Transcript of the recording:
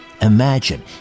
imagine